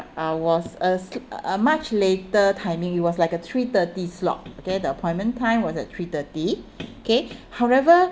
uh was a s~ a much later timing it was like a three thirty slot okay the appointment time was at three thirty okay however